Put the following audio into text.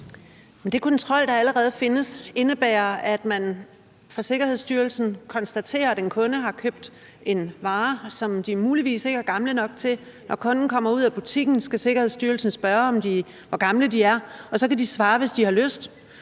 den kontrol, der allerede findes, indebærer, at man fra Sikkerhedsstyrelsens side konstaterer, at en kunde har købt en vare, som kunden muligvis ikke er gammel nok til at måtte købe. Når kunden kommer ud af butikken, skal Sikkerhedsstyrelsen spørge, hvor gammel kunden er, og så kan kunden svare, hvis kunden har lyst.